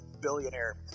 billionaire